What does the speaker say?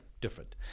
Different